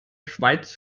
schweiz